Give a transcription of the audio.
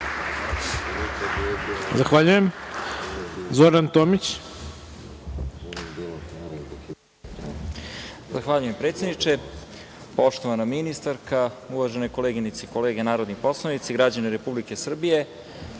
Izvolite. **Zoran Tomić** Zahvaljujem, predsedniče. Poštovana ministarko, uvažene koleginice i kolege narodni poslanici, građani Republike Srbije,